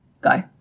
Go